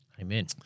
Amen